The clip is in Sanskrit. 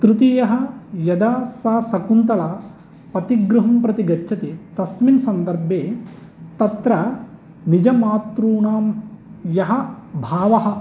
तृतीयः यदा सा शकुन्तला पतिगृहं प्रति गच्छति तस्मिन् सन्दर्भे तत्र निजमातॄणां यः भावः